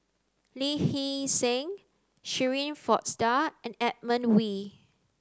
Lee Hee Seng Shirin Fozdar and Edmund Wee